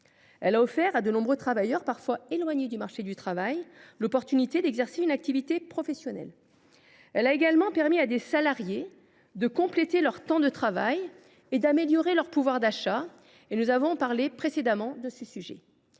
Elle a offert à de nombreux travailleurs parfois éloignés du marché du travail la possibilité d’exercer une activité professionnelle. Elle a également permis à des salariés de compléter leur temps de travail et d’améliorer leur pouvoir d’achat. Même si elle n’est